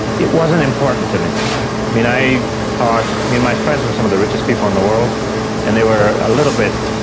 it wasn't important to me. i mean, i thought, i mean, my friends were some of the richest people in the world and they were a little bit,